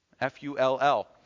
f-u-l-l